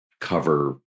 cover